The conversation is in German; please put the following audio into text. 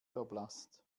verblasst